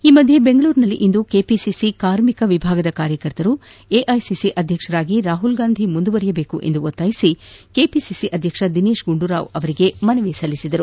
ಈ ಮಧ್ಯ ಬೆಂಗಳೂರಿನಲ್ಲಿಂದು ಕೆಪಿಸಿಸಿ ಕಾರ್ಮಿಕ ವಿಭಾಗದ ಕಾರ್ಯಕರ್ತರು ಎಐಸಿಸಿ ಅಧ್ಯಕ್ಷರಾಗಿ ರಾಹುಲ್ ಗಾಂಧಿ ಮುಂದುವರೆಯಬೇಕು ಎಂದು ಒತ್ತಾಯಿಸಿ ಕೆಪಿಸಿಸಿ ಅಧ್ಯಕ್ಷ ದಿನೇಶ್ ಗುಂಡೂರಾವ್ ಅವರಿಗೆ ಮನವಿ ಸಲ್ಲಿಸಿದರು